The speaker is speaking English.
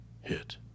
hit